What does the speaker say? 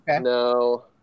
no